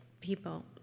people